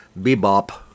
bebop